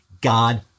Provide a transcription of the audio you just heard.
God